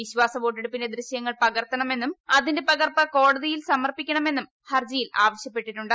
വിശ്വാസവോട്ടെടുപ്പിന്റെ ദൃശ്യങ്ങൾ പകർത്തണമെന്നും അതിന്റെ പകർപ്പ് കോടതിയിൽ സമർപ്പിക്കണമെന്നും ഹർജിയിൽ ആവശ്യപ്പെട്ടിട്ടുണ്ട്